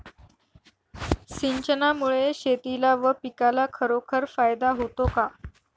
सिंचनामुळे शेतीला व पिकाला खरोखर फायदा होतो का?